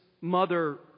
mother